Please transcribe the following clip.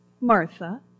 Martha